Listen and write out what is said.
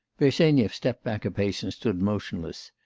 bersenyev stepped back a pace, and stood motionless.